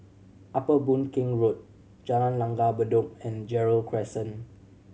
Upper Boon Keng Road Jalan Langgar Bedok and Gerald Crescent